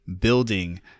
building